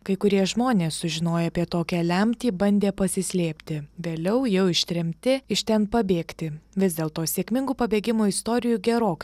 kai kurie žmonės sužinoję apie tokią lemtį bandė pasislėpti vėliau jau ištremti iš ten pabėgti vis dėlto sėkmingų pabėgimo istorijų gerokai